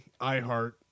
iHeart